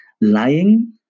lying